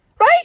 Right